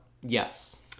Yes